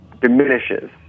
diminishes